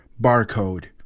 barcode